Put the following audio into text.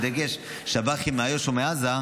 בדגש על שב"חים מאיו"ש ומעזה,